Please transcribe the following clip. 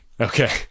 Okay